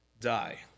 die